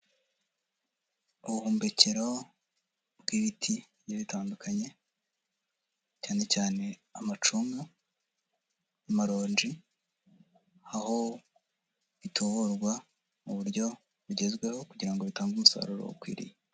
Ubuhumbekero bw'ibiti bigiye bitandukanye cyane cyane amacunga, amaronji, aho bituburwa mu buryo bugezweho kugira ngo bitange umusaruro ukwiriye.